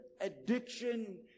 addiction